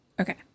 okay